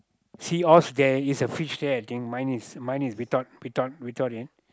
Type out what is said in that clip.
seashore there is a fish there I think mine is mine is without without without it